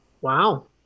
Wow